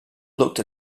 looked